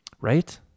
Right